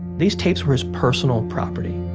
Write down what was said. these tapes were his personal property.